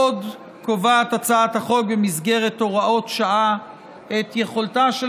עוד קובעת הצעת החוק במסגרת הוראות שעה את יכולתה של